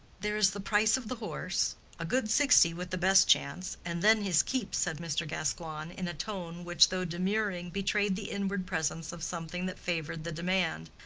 there is the price of the horse a good sixty with the best chance, and then his keep, said mr. gascoigne, in a tone which, though demurring, betrayed the inward presence of something that favored the demand.